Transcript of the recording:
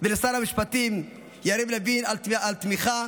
ולשר המשפטים יריב לוין על התמיכה